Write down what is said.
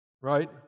right